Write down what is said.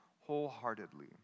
wholeheartedly